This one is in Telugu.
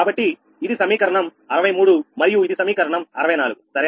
కాబట్టి ఇది సమీకరణం 63 మరియు ఇది సమీకరణం 64 సరేనా